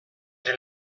ere